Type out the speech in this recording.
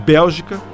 Bélgica